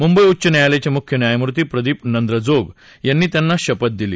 मुंबई उच्च न्यायालयाचे मुख्य न्यायमूर्ती प्रदीप नंद्रजोग यांनी त्यांना शपथ दिली